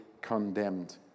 condemned